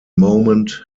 moment